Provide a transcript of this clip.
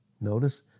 Notice